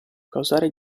causare